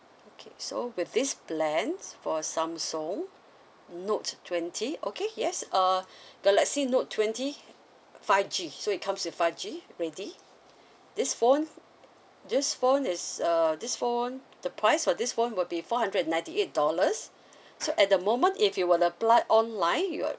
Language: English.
okay so with this plans for Samsung note twenty okay yes uh galaxy note twenty five G so it comes with five G ready this phone this phone is err this phone the price for this phone will be four hundred and ninety eight dollars so at the moment if you were to apply online you're